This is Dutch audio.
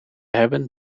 hebben